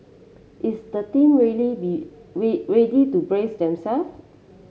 is the team ready to brace themselves